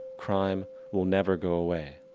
crime will never go away.